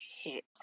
hit